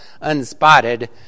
unspotted